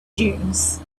dunes